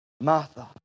Martha